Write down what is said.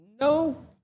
No